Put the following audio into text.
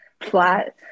flat